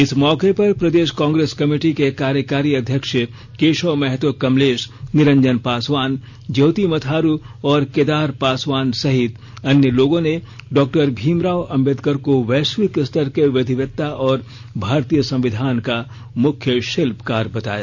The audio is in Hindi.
इस मौके पर प्रदेश कांग्रेस कमिटी के कार्यकारी अध्यक्ष केशव महतो कमलेश निरंजन पासवान ज्योति मथारू और केदार पासवान सहित अन्य लोगों ने डॉ भीमराव अंबेडकर को वैश्विक स्तर के विधिवेत्ता और भारतीय संविधान का मुख्य शिल्पकार बताया